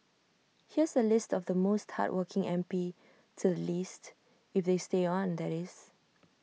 here's A list of the most hardworking M P to the least if they stay on that is